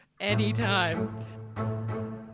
Anytime